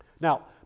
Now